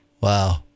wow